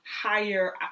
higher